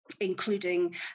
including